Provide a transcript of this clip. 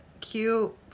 cute